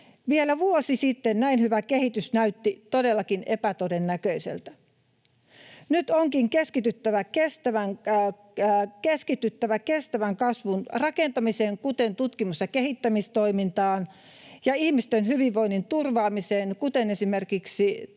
Vielä vuosi sitten näin hyvä kehitys näytti todellakin epätodennäköiseltä. Nyt onkin keskityttävä kestävän kasvun rakentamiseen, kuten tutkimus- ja kehittämistoimintaan, ja ihmisten hyvinvoinnin turvaamiseen, kuten esimerkiksi